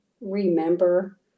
remember